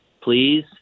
please